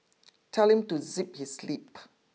tell him to zip his lip